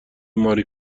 ماری